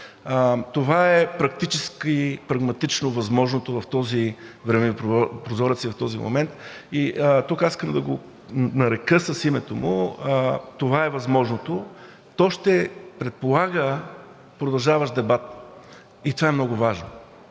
Това е практически прагматично възможното в този времеви прозорец и в този момент. Тук аз искам да го нарека с името му, това е възможното, то ще предполага продължаващ дебат и е много важно,